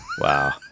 Wow